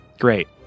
Great